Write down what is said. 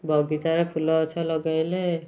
ବଗିଚାରେ ଫୁଲ ଗଛ ଲଗାଇଲେ